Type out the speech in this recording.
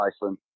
Iceland